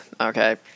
Okay